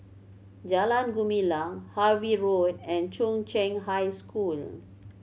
Jalan Gumilang Harvey Road and Chung Cheng High School